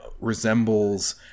resembles